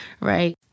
right